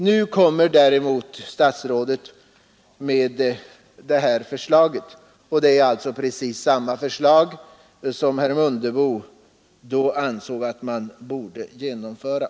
Nu finner statsrådet det lämpligt att lägga fram samma förslag som herr Mundebo ställde förra året.